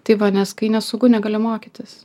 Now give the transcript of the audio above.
tai va nes kai nesaugu negali mokytis